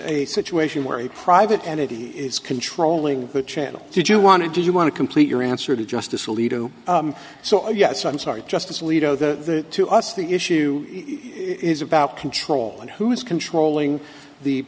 a situation where a private entity is controlling the channel did you want to do you want to complete your answer to justice alito so yes i'm sorry justice alito the to us the issue is about control and who is controlling the